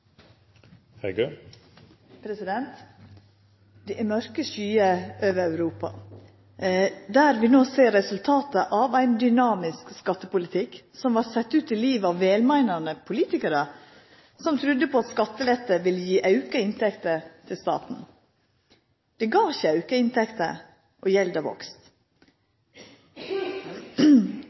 eldre. Det er mørke skyer over Europa, der vi no ser resultatet av ein dynamisk skattepolitikk som vart sett ut i livet av velmeinande politikarar, som trudde på at skattelette ville gje auka inntekter til staten. Det gav ikkje auka inntekter, og gjelda